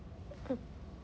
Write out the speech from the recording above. mm